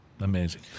Amazing